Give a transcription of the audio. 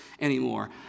anymore